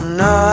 no